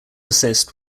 assist